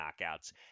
knockouts